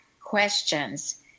questions